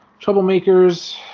troublemakers